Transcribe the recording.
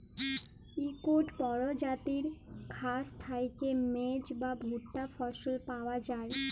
ইকট পরজাতির ঘাঁস থ্যাইকে মেজ বা ভুট্টা ফসল পাউয়া যায়